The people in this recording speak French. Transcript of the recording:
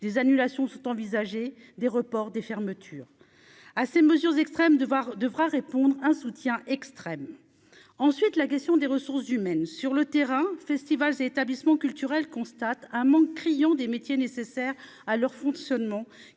des annulations sont envisagées des reports des fermetures à ces mesures extrêmes de voir devra répondre un soutien extrême ensuite la gestion des ressources humaines, sur le terrain, festival établissements culturels, constate un manque criant des métiers nécessaires à leur fonds de